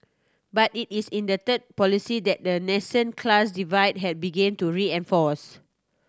but it is in the third policy that a nascent class divide had begun to reinforce